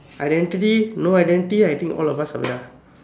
identity no identity I think all of us are we are